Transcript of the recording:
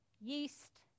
yeast